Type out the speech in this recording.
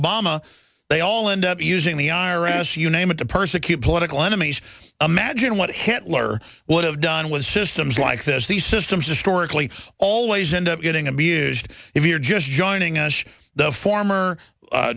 obama they all end up using the i r s you name it to persecute political enemies imagine what hitler would have done was systems like this these systems historically always end up getting abused if you're just joining us the former